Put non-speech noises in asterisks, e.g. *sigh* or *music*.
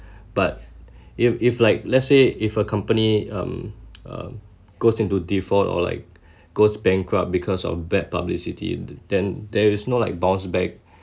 but if if like let's say if a company um um goes into default or like *breath* goes bankrupt because of bad publicity then there is no like bounce back